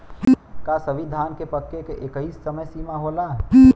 का सभी धान के पके के एकही समय सीमा होला?